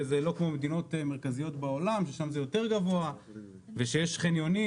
וזה לא כמו במדינות מרכזיות בעולם ששם זה יותר גבוה ושיש חניונים,